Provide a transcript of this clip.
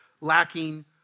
lacking